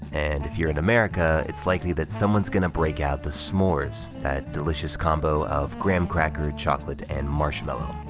and if you're in america, it's likely that someone's gonna break out the s'mores, that delicious combo of graham cracker, chocolate, and marshmallow.